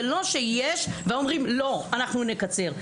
זה לא שיש ואומרים לא, אנחנו נקצר.